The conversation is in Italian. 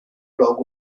blog